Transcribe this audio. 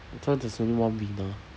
I thought there's only one winner